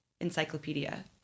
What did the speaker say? encyclopedia